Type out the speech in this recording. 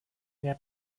wir